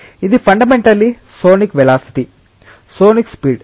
ఇది fundamentally sonic velocity sonic speed